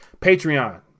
Patreon